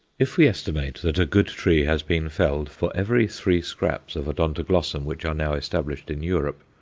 if we estimate that a good tree has been felled for every three scraps of odontoglossum which are now established in europe,